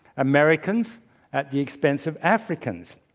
americans at the expense of africans.